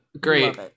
Great